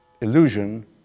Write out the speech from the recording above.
illusion